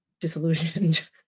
disillusioned